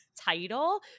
title